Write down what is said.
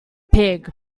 pig